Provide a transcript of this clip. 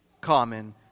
common